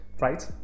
right